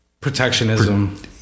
protectionism